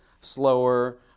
slower